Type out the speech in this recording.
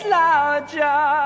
larger